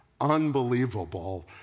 Unbelievable